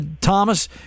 Thomas